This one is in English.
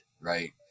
right